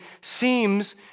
seems